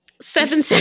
Seven